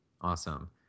Awesome